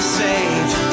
saved